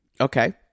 Okay